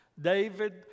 David